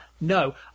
no